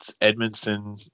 Edmondson